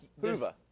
Hoover